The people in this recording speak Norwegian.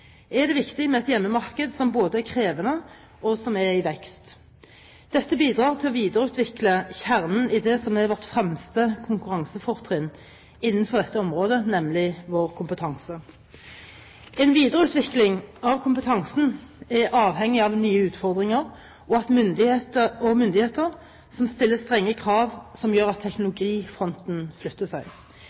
er det viktig med et hjemmemarked som er både krevende og i vekst. Dette bidrar til å videreutvikle kjernen i det som er vårt fremste konkurransefortrinn innenfor dette området, nemlig vår kompetanse. En videreutvikling av kompetansen er avhengig av nye utfordringer og av myndigheter som stiller strenge krav som gjør at teknologifronten flytter seg,